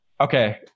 Okay